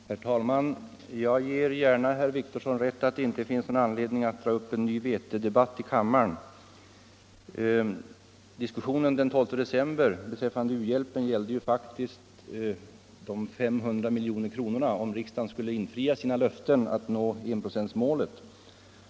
Herr talman! Jag ger gärna herr Wictorsson rätt i att det inte finns någon anledning att nu dra upp en ny vetedebatt i kammaren. Diskussionen den 12 december 1974 beträffande u-hjälpen gällde faktiskt de 500 milj.kr. som skulle behövas för att riksdagen skulle infria sitt löfte att nå enprocentsmålet.